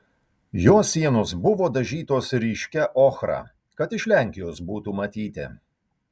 jo sienos buvo dažytos ryškia ochra kad iš lenkijos būtų matyti